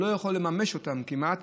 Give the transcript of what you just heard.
הוא לא יכול לממש אותן כמעט,